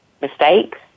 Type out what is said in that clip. mistakes